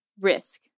risk